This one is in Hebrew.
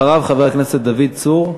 אחריו, חבר הכנסת דוד צור.